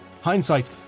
Hindsight